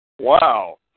Wow